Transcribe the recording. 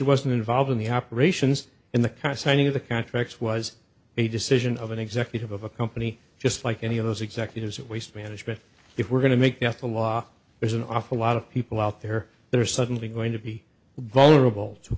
involved in the operations in the car signing of the contracts was a decision of an executive of a company just like any of those executives who waste management if we're going to make that the law there's an awful lot of people out there that are suddenly going to be vulnerable to